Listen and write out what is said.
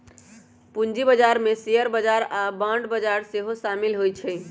पूजी बजार में शेयर बजार आऽ बांड बजार सेहो सामिल होइ छै